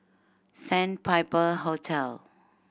Sandpiper Hotel